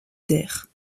terre